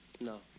No